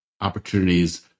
opportunities